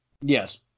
Yes